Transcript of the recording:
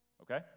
okay